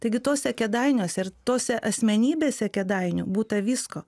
taigi tose kėdainiuose ir tose asmenybėse kėdainių būta visko